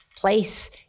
place